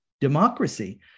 democracy